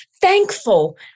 thankful